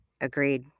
agreed